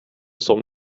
som